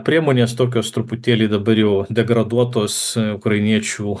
priemonės tokios truputėlį dabar jau degraduotos ukrainiečių